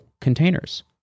containers